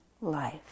life